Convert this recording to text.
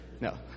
No